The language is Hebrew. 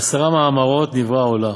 בעשרה מאמרות נברא העולם,